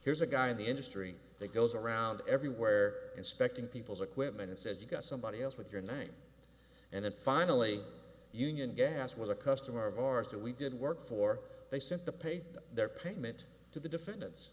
here's a guy in the industry that goes around everywhere inspecting people's equipment and said you got somebody else with your name and it finally union gas was a customer of ours that we did work for they sent to pay their payment to the defendant